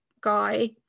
guy